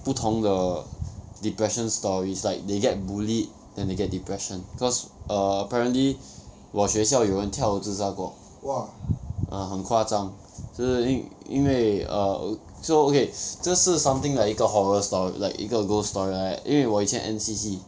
不同的 depression stories like they get bullied then they get depression cause err apparently 我学校有人跳楼自杀过 ah 很夸张就是因因为 err so okay 这是 something like 一个 horror story like 一个 ghost story like that 因为我以前 N_C_C